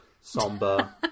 somber